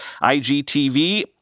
IGTV